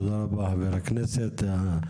תודה רבה, חבר הכנסת בגין.